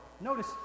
Notice